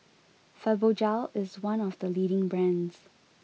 Fibogel is one of the leading brands